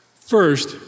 First